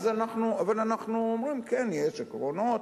אבל אנחנו אומרים: כן, יש עקרונות,